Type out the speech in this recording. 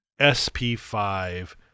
SP5